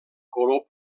color